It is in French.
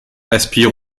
aspire